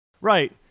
Right